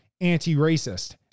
anti-racist